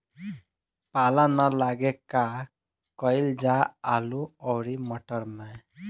पाला न लागे का कयिल जा आलू औरी मटर मैं?